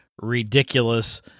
ridiculous